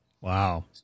Wow